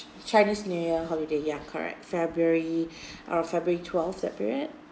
chinese new year holiday yeah correct february uh february twelve that period